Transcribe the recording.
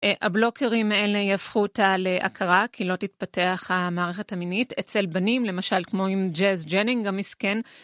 הבלוקרים האלה יהפכו אותה להכרה כי לא תתפתח המערכת המינית אצל בנים, למשל כמו עם ג'ז ג'נינג המסכן.